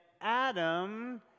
Adam